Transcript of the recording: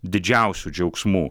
didžiausių džiaugsmų